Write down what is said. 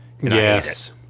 Yes